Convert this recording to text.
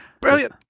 Brilliant